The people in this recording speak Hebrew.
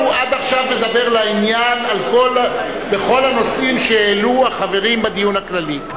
הוא עד עכשיו מדבר לעניין בכל הנושאים שהעלו החברים בדיון הכללי.